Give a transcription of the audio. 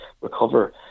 recover